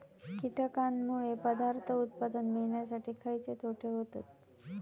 कीटकांनमुळे पदार्थ उत्पादन मिळासाठी खयचे तोटे होतत?